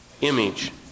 image